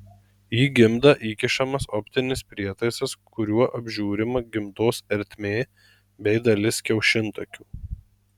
į gimdą įkišamas optinis prietaisas kuriuo apžiūrima gimdos ertmė bei dalis kiaušintakių